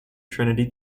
trinity